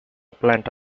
plant